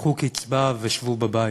קחו קצבה ושבו בבית.